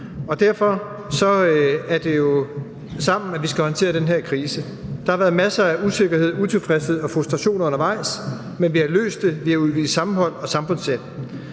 Derfor er det jo sammen, at vi skal håndtere den her krise. Der har været masser af usikkerhed, utilfredshed og frustrationer undervejs, men vi har løst det. Vi har udvist sammenhold og samfundssind